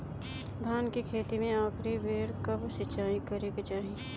धान के खेती मे आखिरी बेर कब सिचाई करे के चाही?